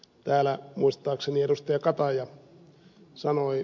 kataja sanoi debatissa